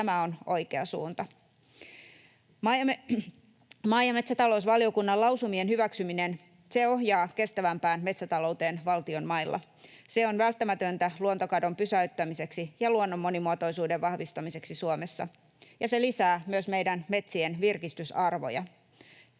Tämä on oikea suunta. Maa- ja metsätalousvaliokunnan lausumien hyväksyminen ohjaa kestävämpään metsätalouteen valtion mailla. Se on välttämätöntä luontokadon pysäyttämiseksi ja luonnon monimuotoisuuden vahvistamiseksi Suomessa, ja se lisää myös meidän metsiemme virkistysarvoja.